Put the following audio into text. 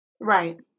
Right